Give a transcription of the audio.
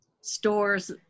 store's